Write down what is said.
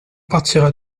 partiras